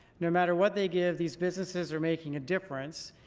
no matter what they give these businesses are making a difference.